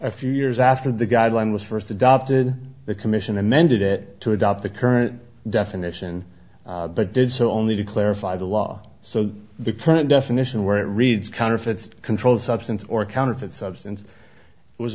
a few years after the guideline was first adopted the commission amended it to adopt the current definition but did so only to clarify the law so the current definition where it reads counterfeits controlled substance or counterfeit substance was